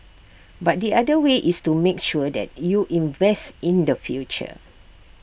but the other way is to make sure that you invest in the future